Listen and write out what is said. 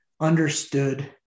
Understood